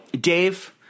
Dave